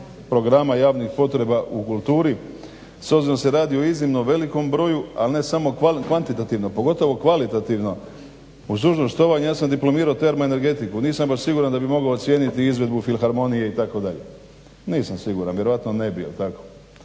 programa javnih potreba u kulturi s obzirom da se radi o iznimno velikom broju, al ne samo kvantitativno, pogotovo kvalitativno. Uz dužno štovanje, ja sam diplomirao termoenergetiku, nisam baš siguran da bi mogao ocijeniti izvedbu filharmonije itd. Nisam siguran, vjerojatno ne bi, ili